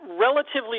relatively